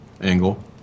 angle